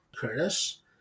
Curtis